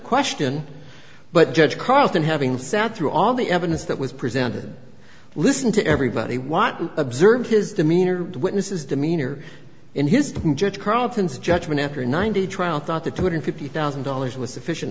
question but judge carlton having sat through all the evidence that was presented listen to everybody want to observe his demeanor witnesses demeanor in his carlton's judgment after ninety trial thought that two hundred fifty thousand dollars was sufficient